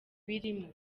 birimo